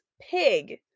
pig